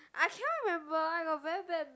I cannot remember I got very bad